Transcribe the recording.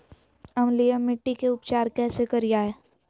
अम्लीय मिट्टी के उपचार कैसे करियाय?